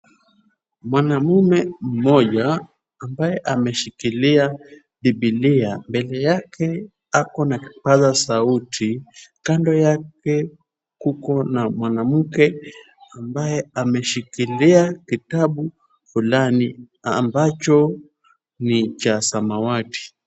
Mwanamme mmoja ambaye ameshikilia bibilia. Mbele yake ako na kipaza sauti. Kando yake kuko na mwanamke ambaye ameshikilia kitabu fulani ambacho ni cha samawati.